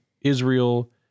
Israel